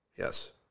Yes